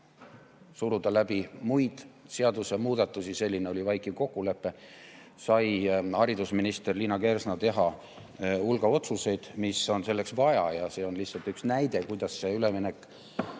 suruda läbi muid seadusemuudatusi, selline oli vaikiv kokkulepe, sai haridusminister Liina Kersna teha hulga otsuseid, mis on selleks vaja. See on lihtsalt üks näide, kuidas see üleminek